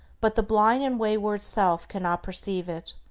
but the blind and wayward self cannot perceive it.